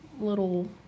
little